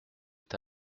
est